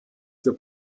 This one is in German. für